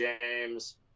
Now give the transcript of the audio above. James